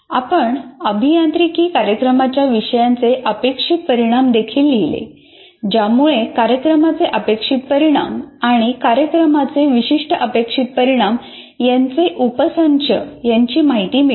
आपण अभियांत्रिकी कार्यक्रमाच्या विषयांचे अपेक्षित परिणाम देखील लिहिले ज्यामुळे कार्यक्रमाचे अपेक्षित परिणाम आणि कार्यक्रमाचे विशिष्ट अपेक्षित परिणाम यांचे उपसंच यांची माहिती मिळते